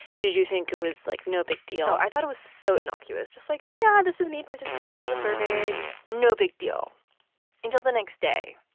did you think it was, like, no big deal? l i thought it was so innocuous, just like, oh, yeah, this is me participating in the survey no big deal until the next day,